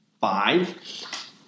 five